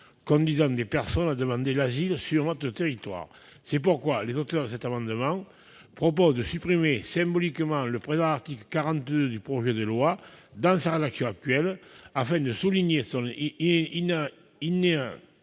conduisant des personnes à demander l'asile sur notre territoire. C'est pourquoi nous proposons de supprimer symboliquement l'article 42 du projet de loi dans sa rédaction actuelle, afin de souligner son